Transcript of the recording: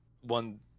one